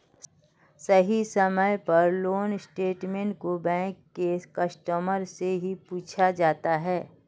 सही समय पर लोन स्टेटमेन्ट को बैंक के कस्टमर से भी पूछा जाता है